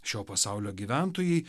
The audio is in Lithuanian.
šio pasaulio gyventojai